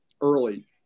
early